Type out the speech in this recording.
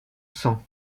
sang